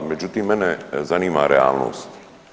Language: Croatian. Međutim, mene zanima realnost.